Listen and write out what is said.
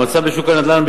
המצב בשוק הנדל"ן,